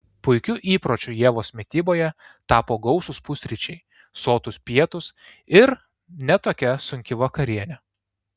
puikiu įpročiu ievos mityboje tapo gausūs pusryčiai sotūs pietūs ir ne tokia sunki vakarienė